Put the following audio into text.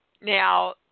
Now